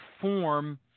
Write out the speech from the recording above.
form